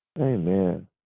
Amen